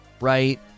right